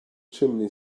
chimney